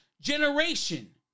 generation